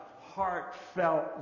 heartfelt